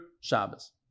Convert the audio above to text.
Shabbos